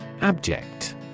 Abject